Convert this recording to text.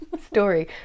story